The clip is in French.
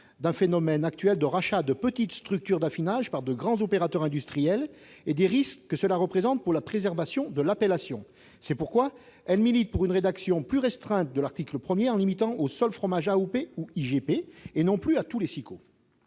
d'un phénomène actuel de rachat de petites structures d'affinage par de grands opérateurs industriels et des risques que cela représente pour la préservation de l'appellation. C'est pourquoi elle milite pour une rédaction plus restreinte de l'article 1, qui limiterait aux seuls fromages AOP ou IGP, et non plus à tous les